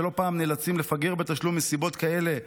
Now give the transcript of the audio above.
שלא פעם נאלצים לפגר בתשלום מסיבות כאלה ואחרות,